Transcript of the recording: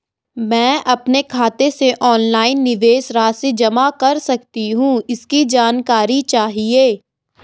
मैं अपने खाते से ऑनलाइन निवेश राशि जमा कर सकती हूँ इसकी जानकारी चाहिए?